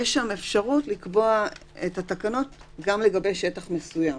יש שם אפשרות לקבוע את התקנות גם לגבי שטח מסוים,